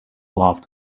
laughed